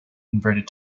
converted